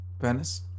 Venice